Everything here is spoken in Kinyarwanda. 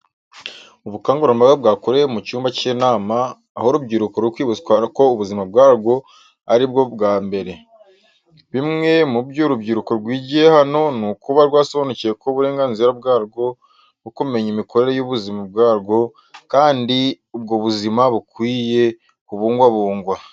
Ubukangurambaga bwakorewe mu cyumba cy'inama, aho urubyiruko ruri kwibutswa ko ubuzima bwarwo ari bwo bwa mbere. Bimwe mu byo uru rubyiruko rwigiye hano ni ukuba rwasobanukiwe ko ari uburenganzira bwarwo bwo kumenya imikorere y'ubuzima bwarwo kandi ubwo buzima bukwiye kubungwabungwa.